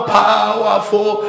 powerful